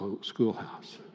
schoolhouse